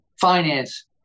finance